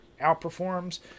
outperforms